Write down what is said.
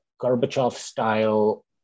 Gorbachev-style